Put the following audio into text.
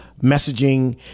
messaging